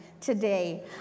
today